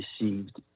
received